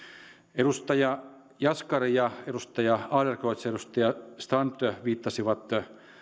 edustaja jaskari ja edustaja adlercreutz ja edustaja strand viittasivat